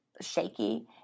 shaky